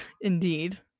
Indeed